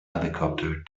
helicopter